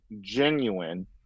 genuine